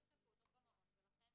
אין שם פעוטות במעון ולכן